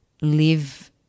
live